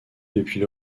depuis